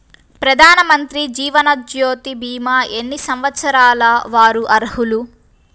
ప్రధానమంత్రి జీవనజ్యోతి భీమా ఎన్ని సంవత్సరాల వారు అర్హులు?